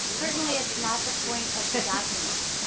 certainly is not the point of the document.